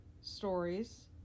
stories